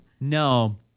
No